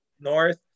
North